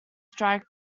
strike